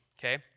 okay